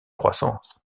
croissance